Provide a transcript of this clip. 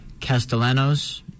Castellanos